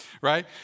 right